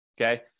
okay